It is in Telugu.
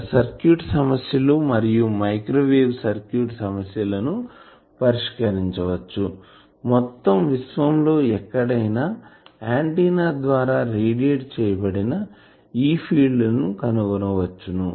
అక్కడ సర్క్యూట్ సమస్యలు మరియు మైక్రోవేవ్ సర్క్యూట్ సమస్యలు ను పరిష్కరించవచ్చు మొత్తం విశ్వం లో ఎక్కడైనా ఆంటిన్నా ద్వారా రేడియేట్ చేయబడిన E ఫీల్డ్ లను కనుగొనవచ్చు